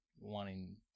wanting